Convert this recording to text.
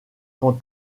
quant